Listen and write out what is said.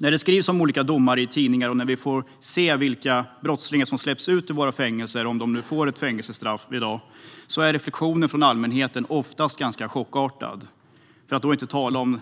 När det skrivs om olika domar i tidningar och när vi ser vilka brottslingar som släpps ut ur våra fängelser - om de ens får ett fängelsestraff i dag - så är reaktionerna från allmänheten oftast chockartade, för att då inte tala om